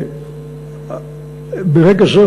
ברגע זה,